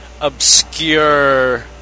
obscure